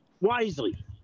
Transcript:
wisely